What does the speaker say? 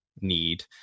need